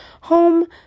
home